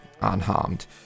unharmed